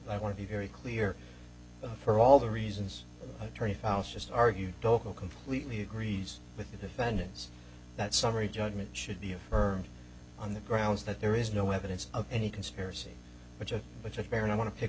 i want to be very clear for all the reasons attorney foul just argued local completely agrees with the defendants that summary judgment should be affirmed on the grounds that there is no evidence of any conspiracy which of which is fair and i want to pick